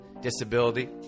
disability